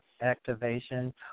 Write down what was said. activation